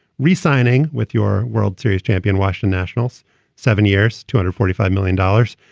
resigning with your world series champion washington nationals seven years to under forty five million dollars.